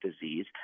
disease